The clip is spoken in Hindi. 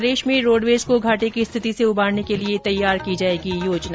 प्रदेश में रोडवेज को घाटे की स्थिति से उबारने के लिए तैयार की जाएगी योजना